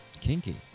Kinky